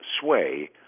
sway